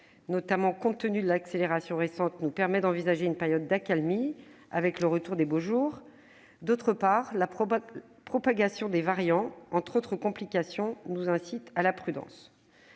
notamment compte tenu de l'accélération récente qu'elle a connue, nous permet d'envisager une période d'accalmie, avec le retour des beaux jours. D'autre part, la propagation des variants, entre autres complications, nous incite à la prudence.